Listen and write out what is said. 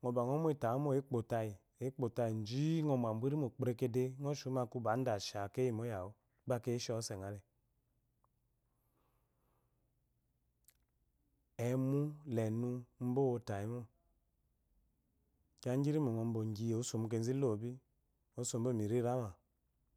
ngobe ngo ba mutawu mo ekpotayi ekpotayi ji ngo babu inimo kperekede ngo shirunmo akeyi eshemose ngale emu lenu uba owotayimo kiya gyirimo ngo ogyi ba mu kezu elobi ojobomi hirama